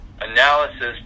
analysis